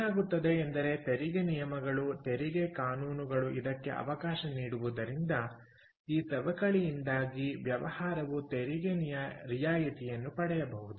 ಏನಾಗುತ್ತದೆ ಎಂದರೆ ತೆರಿಗೆ ನಿಯಮಗಳು ತೆರಿಗೆ ಕಾನೂನುಗಳು ಅದಕ್ಕೆ ಅವಕಾಶ ನೀಡುವುದರಿಂದ ಈ ಸವಕಳಿಯಿಂದಾಗಿ ವ್ಯವಹಾರವು ತೆರಿಗೆ ರಿಯಾಯಿತಿಯನ್ನು ಪಡೆಯಬಹುದು